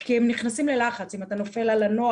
כי הם נכנסים ללחץ, אם אתה נופל על הנוער